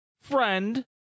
friend